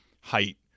height